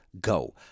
Go